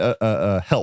help